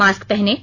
mask पहनें